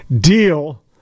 deal